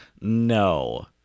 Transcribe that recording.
No